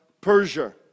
Persia